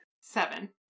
Seven